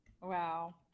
wow